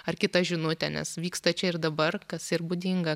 ar kitą žinutę nes vyksta čia ir dabar kas ir būdinga